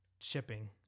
shipping